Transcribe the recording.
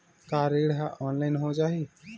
का ऋण ह ऑनलाइन हो जाही?